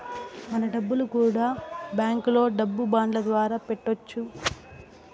మన డబ్బులు కూడా బ్యాంకులో డబ్బు బాండ్ల ద్వారా పెట్టొచ్చు